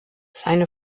seine